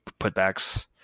putbacks